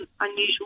unusual